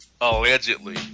Allegedly